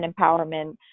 empowerment